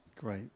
Great